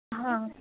हां